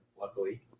luckily